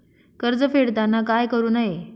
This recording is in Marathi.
कर्ज फेडताना काय करु नये?